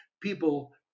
people